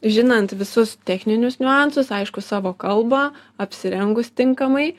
žinant visus techninius niuansus aišku savo kalbą apsirengus tinkamai